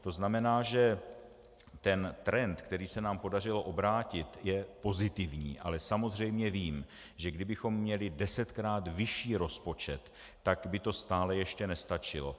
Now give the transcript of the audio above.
To znamená, že trend, který se nám podařilo obrátit, je pozitivní, ale samozřejmě vím, že kdybychom měli desetkrát vyšší rozpočet, tak by to stále ještě nestačilo.